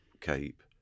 Cape